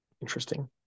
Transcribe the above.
interesting